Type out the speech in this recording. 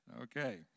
Okay